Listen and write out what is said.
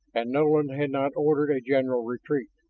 and nolan had not ordered a general retreat.